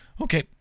Okay